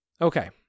Okay